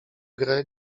grę